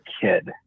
kid